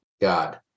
God